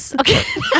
Okay